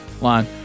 line